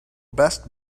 best